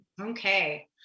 Okay